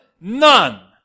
none